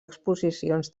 exposicions